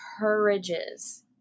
encourages